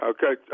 Okay